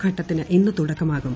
ഘട്ടത്തിന് ഇന്ന് തുട്ടുക്കുമാകും